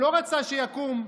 הוא לא רצה שיקום,